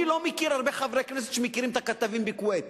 אני לא מכיר הרבה חברי כנסת שמכירים את הכתבים בכוויית